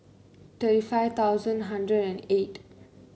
thirty five thousand hundred and eight